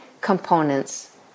components